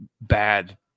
bad